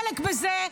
לא רוצה לקחת חלק בזה.